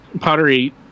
pottery